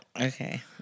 Okay